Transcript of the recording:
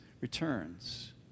returns